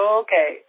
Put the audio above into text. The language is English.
okay